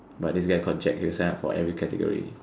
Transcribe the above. but this guy called Jack he'll sign up for every category